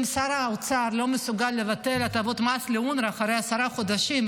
אם שר האוצר לא מסוגל לבטל הטבות מס לאונר"א אחרי עשרה חודשים,